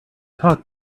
talk